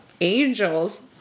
Angels